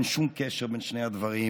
אין שום קשר בין שני הדברים.